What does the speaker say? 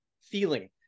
feeling